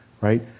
right